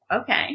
Okay